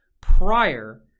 prior